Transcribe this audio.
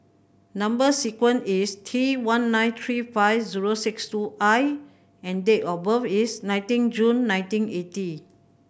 number sequence is T one nine three five zero six two I and date of birth is nineteen June nineteen eighty